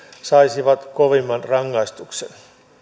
saisivat kovimman rangaistuksen